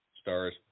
Stars